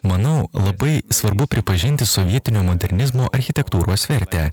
manau labai svarbu pripažinti sovietinio modernizmo architektūros vertę